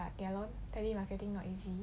but ya lor tele marketing not easy